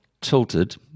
tilted